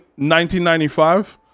1995